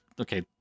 okay